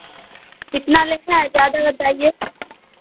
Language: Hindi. कितना लेना है ज़्यादा बताइए